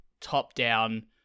top-down